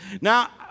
Now